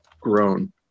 grown